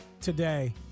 today